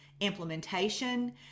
implementation